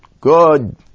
good